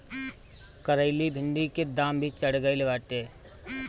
करइली भिन्डी के दाम भी चढ़ गईल बाटे